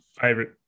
favorite